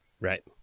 Right